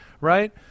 right